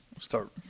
Start